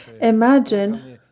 Imagine